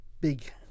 big